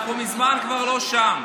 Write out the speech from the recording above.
אנחנו מזמן כבר לא שם,